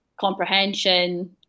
comprehension